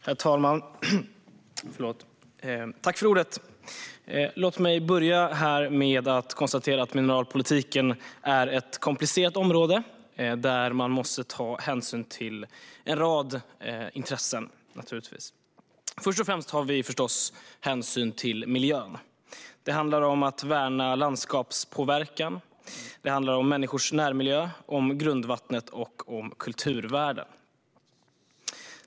Herr talman! Mineralpolitik är ett komplicerat område där man naturligtvis måste ta hänsyn till en rad intressen. Först och främst har vi förstås hänsyn till miljön. Det handlar om att värna landskapspåverkan, om människors närmiljö, om grundvattnet och om kulturvärden.